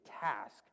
task